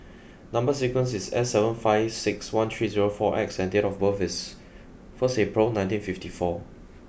number sequence is S seven five six one three zero four X and date of birth is first April nineteen fifty four